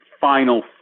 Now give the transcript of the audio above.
final